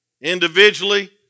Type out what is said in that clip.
Individually